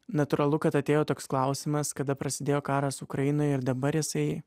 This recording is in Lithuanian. natūralu kad atėjo toks klausimas kada prasidėjo karas ukrainoje ir dabar jisai